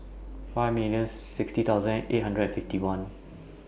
five millions sixty thousand eight hundred and fifty one